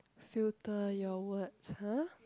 filter your words !huh!